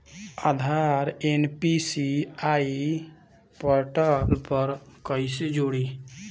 आधार NPCI portal पर कईसे जोड़ी?